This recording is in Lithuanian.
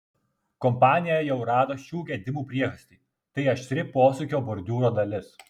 kompanija jau rado šių gedimų priežastį tai aštri posūkio bordiūro dalis